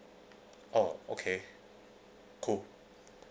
oh okay cool